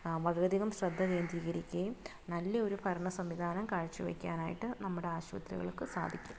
വളരെയധികം ശ്രദ്ധ കേന്ദ്രീകരിക്കുകയും നല്ലയൊരു ഭരണ സംവിധാനം കാഴ്ചവെക്കാനായിട്ട് നമ്മുടെ ആശുപത്രികൾക്ക് സാധിക്കും